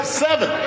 seven